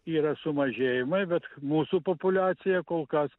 yra sumažėjimai bet mūsų populiacija kol kas